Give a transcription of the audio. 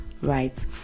right